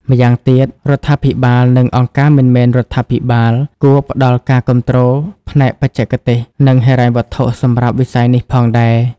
ម្យ៉ាងទៀត រដ្ឋាភិបាល និងអង្គការមិនមែនរដ្ឋាភិបាលគួរផ្តល់ការគាំទ្រផ្នែកបច្ចេកទេស និងហិរញ្ញវត្ថុសម្រាប់វិស័យនេះផងដែរ។